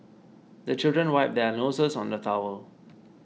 the children wipe their noses on the towel